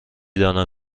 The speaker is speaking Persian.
دانم